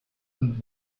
und